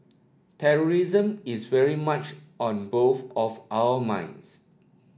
terrorism is very much on both of our minds